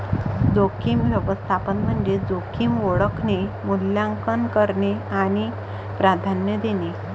जोखीम व्यवस्थापन म्हणजे जोखीम ओळखणे, मूल्यांकन करणे आणि प्राधान्य देणे